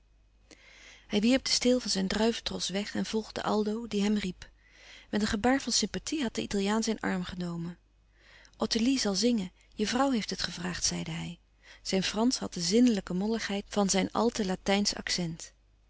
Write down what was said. hij wierp den steel van zijn druiventros weg en volgde aldo die hem riep met een gebaar van sympathie had de italiaan zijn arm genomen ottilie zal zingen je vrouw heeft het gevraagd zeide hij zijn fransch had de zinnelijke molligheid van zijn al te latijnsch accent